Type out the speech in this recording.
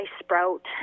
sprout